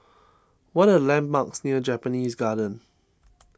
what are the landmarks near Japanese Garden